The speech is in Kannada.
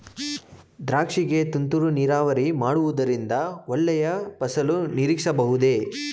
ದ್ರಾಕ್ಷಿ ಗೆ ತುಂತುರು ನೀರಾವರಿ ಮಾಡುವುದರಿಂದ ಒಳ್ಳೆಯ ಫಸಲು ನಿರೀಕ್ಷಿಸಬಹುದೇ?